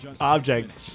Object